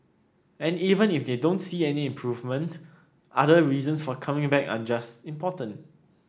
and even if they don't see any improvement other reasons for coming back are just important